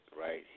right